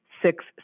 Six